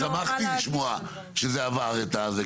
אני שמחתי לשמוע שזה עבר את הזה.